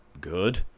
good